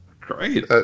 Great